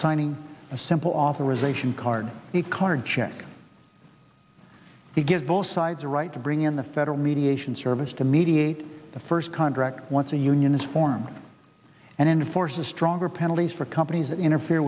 signing a simple authorization card a card check to give both sides a right to bring in the federal mediation service to mediate the first contract once the union is formed and enforce a stronger penalties for companies that interfere